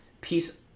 Peace